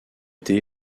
été